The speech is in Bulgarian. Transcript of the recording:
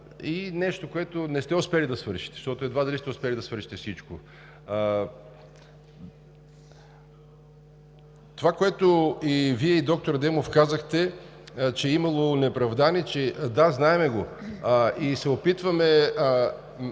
и нещо, което не сте успели да свършите, защото едва ли сте успели да свършите всичко. Това, което Вие и доктор Адемов казахте, че имало онеправдани – да, знаем го. Опитваме